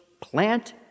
plant